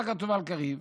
מה כתוב על קריב?